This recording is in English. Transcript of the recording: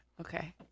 Okay